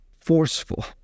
forceful